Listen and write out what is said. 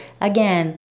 Again